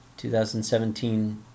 2017